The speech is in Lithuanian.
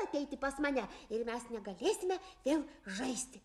ateiti pas mane ir mes negalėsime vėl žaisti